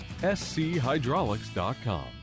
schydraulics.com